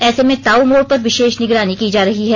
ऐसे में ताऊ मोड़ पर विशेष निगरानी की जा रही है